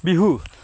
Bihu